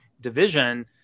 division